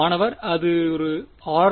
மாணவர் அதன் r